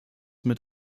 mit